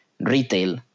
retail